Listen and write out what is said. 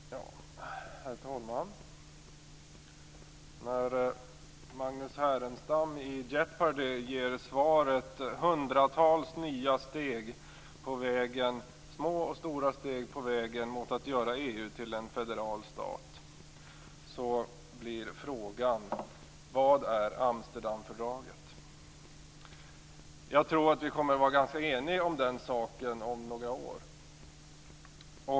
Herr talman! När Magnus Härenstam i Jeopardy ger svaret "Hundratals nya små och stora steg på vägen mot att göra EU till en federal stat" blir frågan "Vad är Amsterdamfördraget?". Jag tror att vi kommer att vara ganska eniga om den saken om några år.